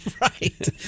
Right